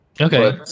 Okay